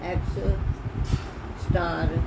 X star